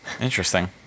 Interesting